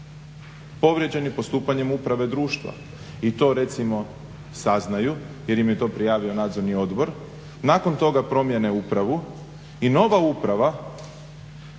povrijeđeni postupanjem uprave društva i to recimo saznaju jer im je to prijavio Nadzorni odbor. Nakon toga promijene upravu i nova uprava